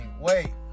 wait